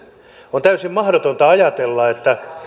on täysin mahdotonta ajatella että